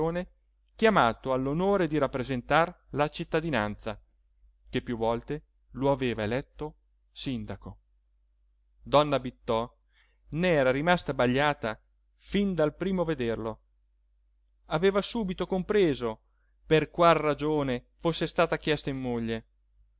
chiamato all'onore di rappresentar la cittadinanza che più volte lo aveva eletto sindaco donna bittò n'era rimasta abbagliata fin dal primo vederlo aveva subito compreso per qual ragione fosse stata chiesta in moglie